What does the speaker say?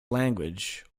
language